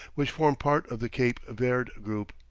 which form part of the cape verd group.